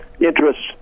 interests